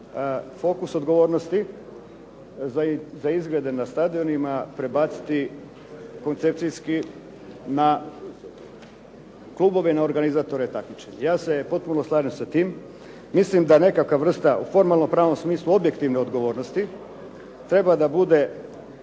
fokus odgovornosti za izgrede na stadionima prebaciti koncepcijski na klubove i organizatore takmičenje. Ja se potpuno slažem sa tim. Mislim da nekakva vrsta u formalno pravnom smislu objektivne odgovornosti treba da bude